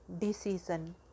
decision